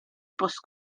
post